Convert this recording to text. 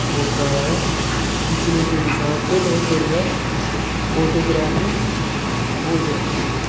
होता है खींचने के हिसाब से बहुत बढ़िया फोटोग्राफी हो जाती है